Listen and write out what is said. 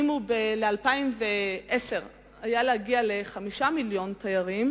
היעד ל-2010 היה להגיע ל-5 מיליוני תיירים,